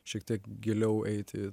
šiek tiek giliau eiti